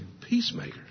peacemakers